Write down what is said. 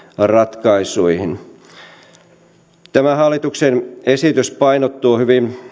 ratkaisuihin tämä hallituksen esitys painottuu